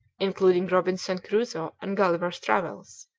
including robinson crusoe and gulliver's travels,